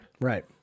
Right